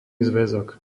zväzok